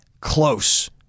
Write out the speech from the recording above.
close